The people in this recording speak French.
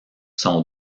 sont